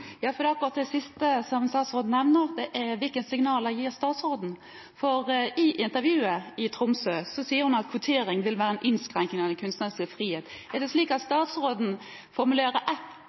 akkurat det siste statsråden nevner – hvilke signaler gir statsråden? I intervjuet i Tromsø sier hun at kvotering vil være en innskrenkning av den kunstneriske frihet. Er det slik at statsråden formulerer ett